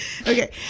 okay